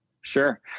Sure